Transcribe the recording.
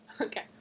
Okay